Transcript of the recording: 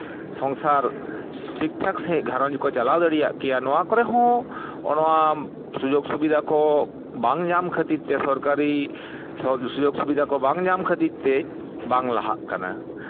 ᱥᱚᱝᱥᱟᱨ ᱴᱷᱤᱠ ᱴᱷᱟᱠ ᱥᱟᱺᱦᱤᱡ ᱜᱷᱟᱨᱚᱸᱡᱽ ᱠᱚ ᱪᱟᱞᱣ ᱫᱟᱲᱮᱭᱟᱜ ᱠᱮᱭᱟ ᱠᱮᱭᱟ ᱱᱚᱣᱟ ᱠᱚᱨᱮ ᱦᱚᱸ ᱱᱚᱣᱟ ᱥᱩᱡᱚᱜᱽ ᱥᱩᱵᱤᱫᱷᱟ ᱠᱚ ᱵᱟᱝ ᱧᱟᱢ ᱠᱷᱟᱹᱛᱤᱨ ᱛᱮ ᱥᱚᱨᱠᱟᱨᱤ ᱥᱩᱡᱳᱜᱽ ᱥᱩᱵᱤᱫᱷᱟ ᱠᱚ ᱵᱟᱝ ᱧᱟᱢ ᱠᱷᱟᱹᱛᱤᱨ ᱛᱮ ᱵᱟᱝ ᱞᱟᱦᱟᱜ ᱠᱟᱱᱟ